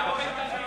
רבותי.